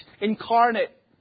incarnate